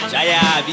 Jaya